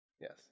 Yes